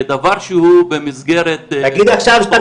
כדבר שהוא במסגרת --- תגיד עכשיו שאתה